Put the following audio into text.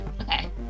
Okay